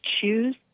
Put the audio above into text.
choose